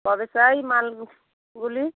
কবে চাই মাল গুলি